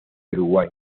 uruguay